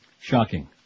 Shocking